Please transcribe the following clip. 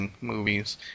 movies